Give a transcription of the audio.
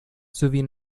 sowie